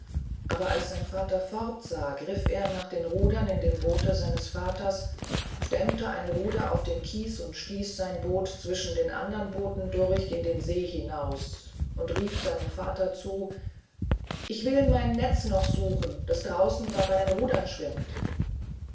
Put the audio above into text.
aber als sein vater fortsah griff er nach den rudern in dem boote seines vaters stemmte ein ruder auf den kies und stieß sein boot zwischen den andern booten durch in den see hinaus und rief seinem vater zu ich will mein netz noch suchen das draußen bei meinen rudern schwimmt